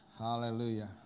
Hallelujah